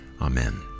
Amen